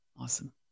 Awesome